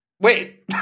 Wait